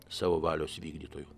savo valios vykdytoju